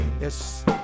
Yes